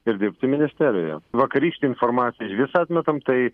ir dirbti ministerijoje vakarykštę informaciją išvis atmetam tai